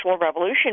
revolution